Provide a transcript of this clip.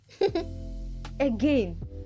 Again